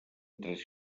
tres